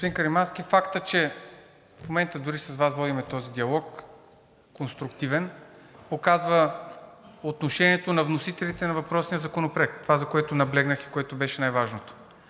фактът, че в момента дори с Вас водим този диалог, конструктивен, показва отношението на вносителите на въпросния законопроект. Това, за което наблегнах и което беше най-важното